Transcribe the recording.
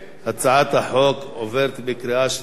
הצעת החוק עוברת בקריאה שנייה.